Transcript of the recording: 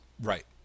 right